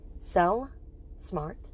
sellsmart